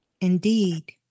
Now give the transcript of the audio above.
indeed